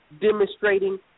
demonstrating